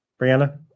Brianna